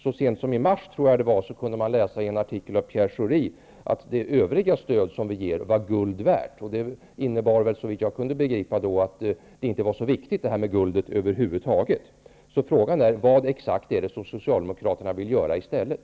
Så sent som i mars gick det att läsa i en artikel av Pierre Schori att det övriga stöd som ges är guld värt. Det innebar väl, så vitt jag kunde begripa, att frågan om guldet över huvud taget inte var så viktig. Vad exakt är det Socialdemokaterna vill göra i stället?